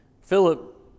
Philip